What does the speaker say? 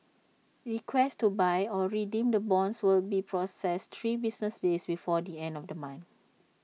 requests to buy or redeem the bonds will be processed three business days before the end of the month